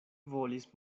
volis